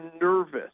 nervous